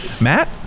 matt